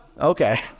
Okay